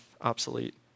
obsolete